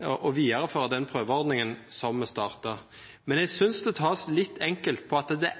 å videreføre den prøveordningen som vi startet, men jeg synes det tas litt enkelt på at det